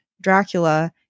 Dracula